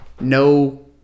no